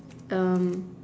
um